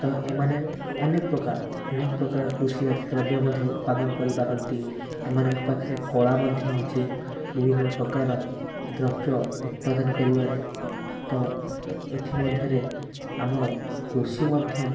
ତ ଏମାନେ ଅନେକ ପ୍ରକାର ଅନେକ ପ୍ରକାର କୃଷି ଜାତ ଦ୍ରବ୍ୟ ମଧ୍ୟ ଉତ୍ପାଦନ କରିପାରନ୍ତି ଏମାନଙ୍କ ପାଖରେ କଳା ମଧ୍ୟ ଅଛି ବିଭିନ୍ନ ପ୍ରକାର ଦ୍ରବ୍ୟ ଉତ୍ପାଦନ କରିବାରେ ତ ଏଥିମଧ୍ୟରେ ଆମର କୃଷି ମଧ୍ୟ